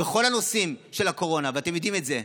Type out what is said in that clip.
בכל הנושאים של הקורונה, ואתם יודעים את זה.